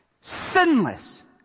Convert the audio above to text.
Sinless